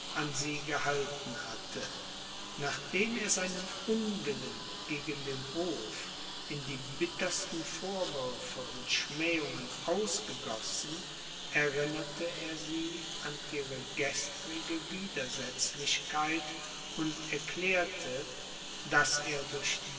an sie gehalten hatte nachdem er seinen unwillen gegen den hof in die bittersten vorwürfe und schmähungen ausgegossen erinnerte er sie an ihre gestrige widersetzlichkeit und erklärte daß er durch